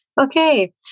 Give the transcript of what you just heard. Okay